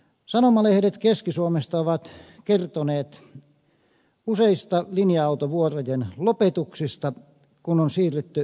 sanomalehdet keski suomesta ovat kertoneet useista linja autovuorojen lopetuksista kun on siirrytty kesäaikatauluihin